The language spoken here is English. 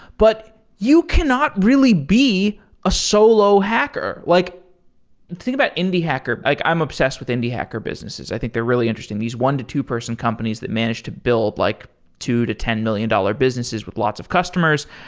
but you cannot really be a solo hacker. like think about indie hacker. like i'm obsessed with indie hacker businesses. i think they're really interesting. these one two person companies that manage to build like two to ten million dollar businesses with lots of customers.